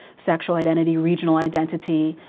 sexual identity, regional identity,